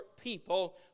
people